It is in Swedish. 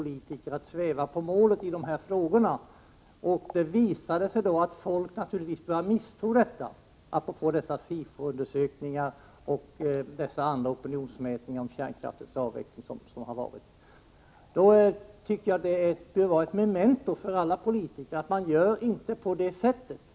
Det visar sig genom Sifo-undersökningar och andra opinionsundersökningar att folk naturligtvis börjat misstro beslutet om kärnkraftens avveckling. Jag tycker att detta skulle vara ett memento för alla politiker — man gör inte på det sättet.